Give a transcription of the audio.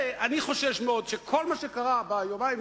אני חושש מאוד שכל מה שקרה ביומיים,